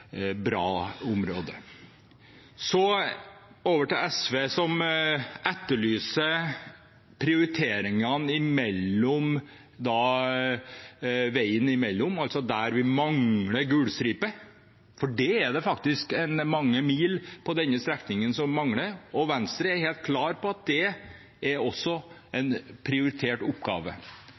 bra nivå. Så over til SV, som etterlyser prioriteringene veiene imellom – altså veier som mangler gulstripe, for det er det faktisk mange mil på denne strekningen som mangler. Venstre er helt klar på at det er også en prioritert oppgave.